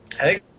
Hey